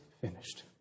finished